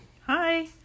Hi